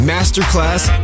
Masterclass